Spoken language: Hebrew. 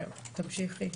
תמשיכי.